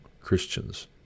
Christians